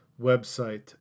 website